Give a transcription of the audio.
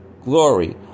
glory